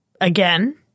again